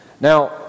Now